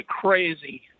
crazy